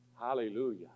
Hallelujah